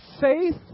faith